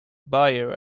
buyer